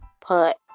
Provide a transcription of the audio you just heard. put